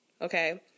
Okay